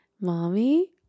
mommy